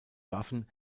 waffen